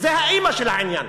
זה האימא של העניין.